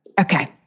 Okay